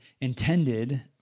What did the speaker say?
intended